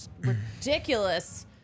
ridiculous